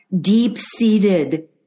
deep-seated